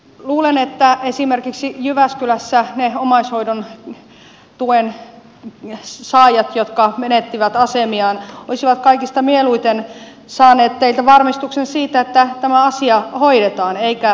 luulen että esimerkiksi jyväskylässä ne omaishoidon tuen saajat jotka menettivät asemiaan olisivat kaikista mieluiten saaneet teiltä varmistuksen siitä että tämä asia hoidetaan eivätkä myötätuntoa tai tukea